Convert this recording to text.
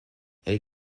est